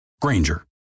Granger